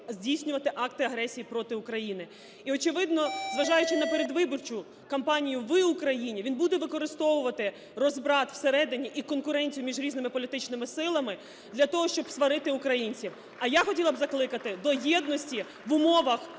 здійснювати акти агресії проти України. І, очевидно, зважаючи на передвиборчу кампанію в Україні, він буде використовувати розбрат всередині і конкуренцію між різними політичними силами для того, щоб сварити українців. А я б хотіла закликати до єдності в умовах